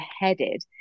headed